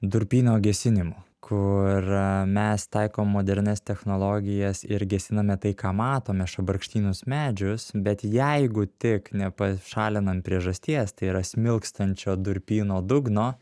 durpyno gesinimu kur mes taikom modernias technologijas ir gesiname tai ką matome šabarkštynus medžius bet jeigu tik nepašalinam priežasties tai yra smilkstančio durpyno dugno